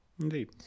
Indeed